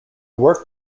worked